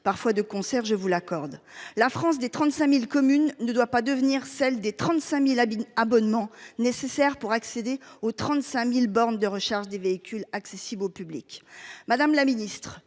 parfois de concert, je vous l'accorde la France des 35.000 communes ne doit pas devenir celle des 35.000 habitants abonnement nécessaire pour accéder aux 35.000 bornes de recharge des véhicules accessibles au public.